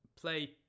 play